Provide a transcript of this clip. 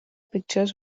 pictures